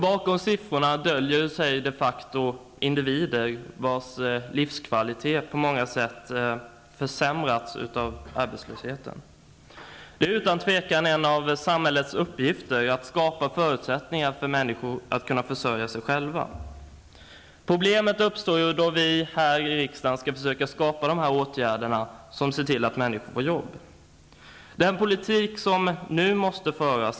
Bakom siffrorna döljer sig de facto individer, vilkas livskvalitet på många sätt försämrats av arbetslösheten. Det är utan tvivel en av samhällets uppgifter att skapa förutsättningar för människor att kunna försörja sig själva. Det uppstår dock problem när vi här i riksdagen skall försöka vidta de åtgärder som leder till att människor får jobb.